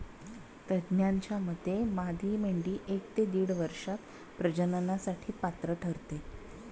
तज्ज्ञांच्या मते मादी मेंढी एक ते दीड वर्षात प्रजननासाठी पात्र ठरते